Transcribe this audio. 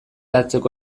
hartzeko